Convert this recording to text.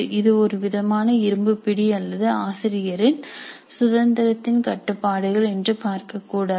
இது ஒருவிதமான இரும்புப்பிடி அல்லது ஆசிரியரின் சுதந்திரத்தின் கட்டுப்பாடுகள் என்று பார்க்கக் கூடாது